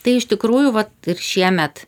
tai iš tikrųjų vat ir šiemet